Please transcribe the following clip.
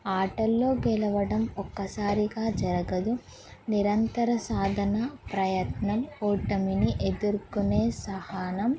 ఆటల్లో గెలవడం ఒక్కసారిగా జరగదు నిరంతర సాధన ప్రయత్నం ఓటమిని ఎదుర్కునే సహానం